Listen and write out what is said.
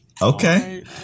Okay